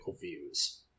views